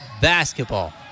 basketball